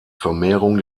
vermehrung